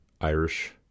Irish